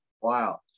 wow